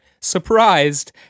surprised